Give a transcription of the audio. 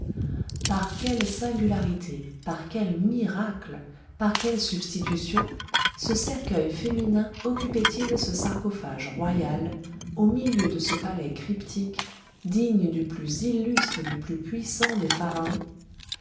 par quelle singularité par quel miracle par quelle substitution ce cercueil féminin occupait il ce sarcophage royal au milieu de ce palais cryptique digne du plus illustre et du plus puissant des pharaons